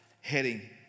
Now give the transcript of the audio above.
heading